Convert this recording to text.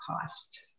cost